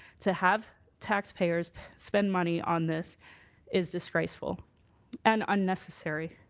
to have taxpayers spend money on this is disgraceful and unnecessary.